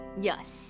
yes